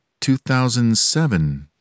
2007